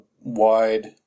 wide